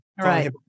Right